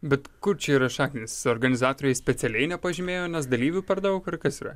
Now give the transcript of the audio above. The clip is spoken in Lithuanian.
bet kur čia yra šaknys organizatoriai specialiai nepažymėjo nes dalyvių per daug ar kas yra